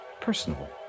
Personal